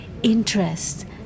interest